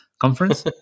conference